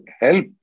help